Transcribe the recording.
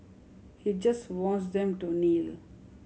he just wants them to kneel